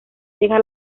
deja